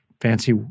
fancy